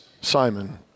Simon